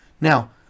now